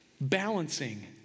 balancing